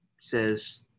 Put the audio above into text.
says –